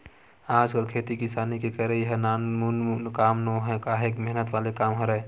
आजकल खेती किसानी के करई ह नानमुन काम नोहय काहेक मेहनत वाले काम हरय